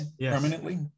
permanently